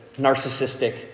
narcissistic